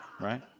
Right